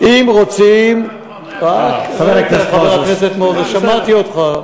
אם רוצים, חבר הכנסת מוזס, שמעתי אותך.